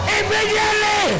immediately